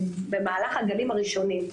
במהלך הגלים הראשונים,